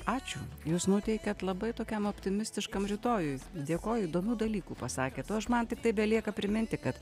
ačiū jūs nuteikiat labai tokiam optimistiškam rytojui dėkoju įdomių dalykų pasakėt o aš man tiktai belieka priminti kad